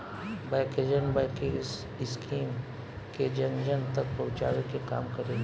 bank agent banking scheme के जन जन तक पहुंचावे के काम करेले